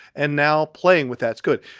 and now playing with. that's good.